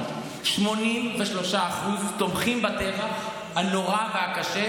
התברר ש-83% תומכים בטבח הנורא והקשה,